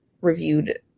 reviewed